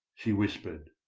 she whispered.